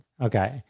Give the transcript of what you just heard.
Okay